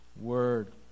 word